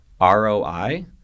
ROI